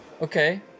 Okay